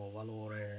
valore